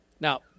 Now